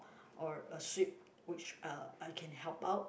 or a sweep which uh I can help out